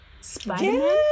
Spider-Man